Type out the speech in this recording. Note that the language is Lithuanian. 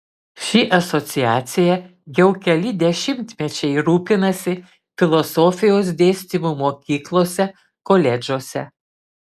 ši asociacija jau keli dešimtmečiai rūpinasi filosofijos dėstymu mokyklose koledžuose